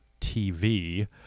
TV